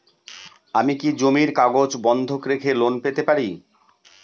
আমি কি জমির কাগজ বন্ধক রেখে লোন পেতে পারি?